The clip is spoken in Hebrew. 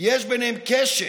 יש ביניהן קשר,